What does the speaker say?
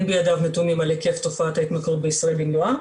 אין בידיו נתונים על היקף תופעת ההתמכרות בישראל במלואה,